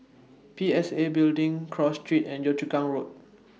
P S A Building Cross Street and Yio Chu Kang Road